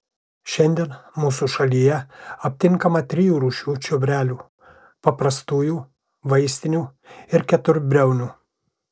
šiandien mūsų šalyje aptinkama trijų rūšių čiobrelių paprastųjų vaistinių ir keturbriaunių